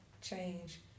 change